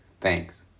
Thanks